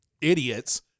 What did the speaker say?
idiots